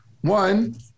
one